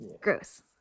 gross